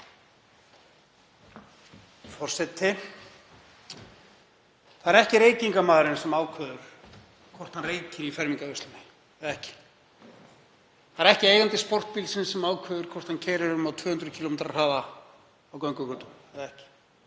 Það er ekki reykingamaðurinn sem ákveður hvort hann reyki í fermingarveislunni eða ekki. Það er ekki eigandi sportbílsins sem ákveður hvort hann keyri um á 200 km hraða á göngugötum. Það er ekki